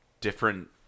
different